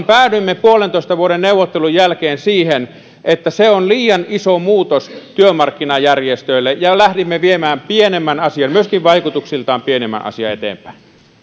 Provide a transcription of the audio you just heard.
päädyimme puolentoista vuoden neuvottelun jälkeen siihen että se on liian iso muutos työmarkkinajärjestöille ja lähdimme viemään pienemmän asian myöskin vaikutuksiltaan pienemmän asian eteenpäin